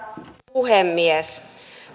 puhemies